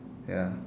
ya